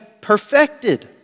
perfected